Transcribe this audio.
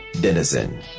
Denizen